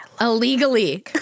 Illegally